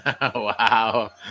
Wow